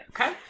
Okay